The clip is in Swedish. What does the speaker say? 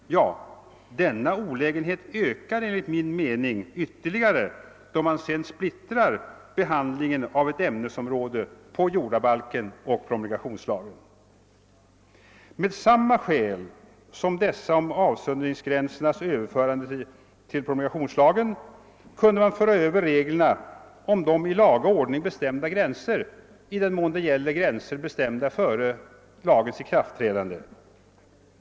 Denna olägenhet ökar enligt min mening ytterligare då man splittrar behandlingen av ett ämnesområde på jordabalken och promulgationslagen. Med samma skäl som dessa om avsöndringsgränsernas överförande till promulgationslagen kunde man föra över reglerna om de i laga ordning bestämda gränserna i den mån det gäller gränser bestämda före lagens ikraftträdande.